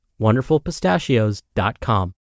WonderfulPistachios.com